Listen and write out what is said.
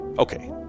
Okay